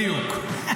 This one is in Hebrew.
בדיוק.